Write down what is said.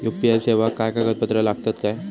UPI सेवाक काय कागदपत्र लागतत काय?